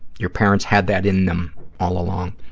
your parents had that in them all along.